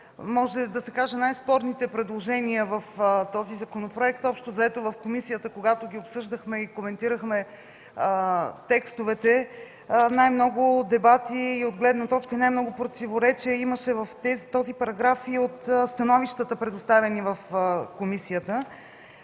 в § 6 са най-спорните предложения в този законопроект. В комисията, когато ги обсъждахме и коментирахме текстовете, най-много дебати и най-много противоречия имаше в този параграф – и от становищата, предоставени в комисията.